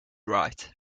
write